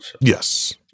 Yes